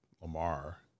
Lamar